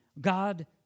God